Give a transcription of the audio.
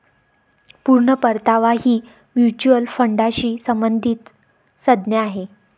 पूर्ण परतावा ही म्युच्युअल फंडाशी संबंधित संज्ञा आहे